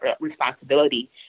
responsibility